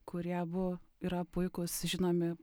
kurie abu yra puikūs žinomi